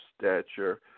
stature